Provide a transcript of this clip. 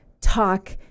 talk